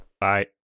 Bye